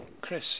Chris